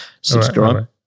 Subscribe